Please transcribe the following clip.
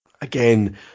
Again